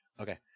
Okay